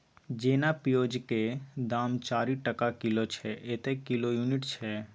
जेना पिओजक दाम चारि टका किलो छै एतय किलो युनिट छै